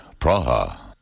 Praha